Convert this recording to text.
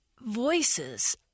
voices